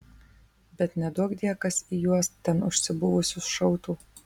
bet neduokdie kas į juos ten užsibuvusius šautų